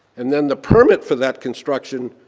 and then the permit for that construction,